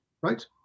right